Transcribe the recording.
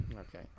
Okay